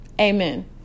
Amen